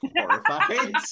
horrified